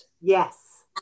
yes